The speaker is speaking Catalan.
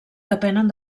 depenen